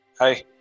Hi